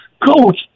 Coach